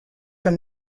from